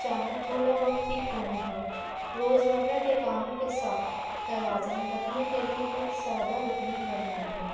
چاہیں تھوڑا وقت ہی کیوں نہ ہو روزمرہ کے کاموں کے ساتھ توازن رکھنے کے لیے ایک سادہ روٹین بنائی ہے